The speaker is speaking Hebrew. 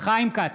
חיים כץ,